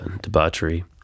debauchery